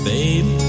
Babe